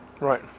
Right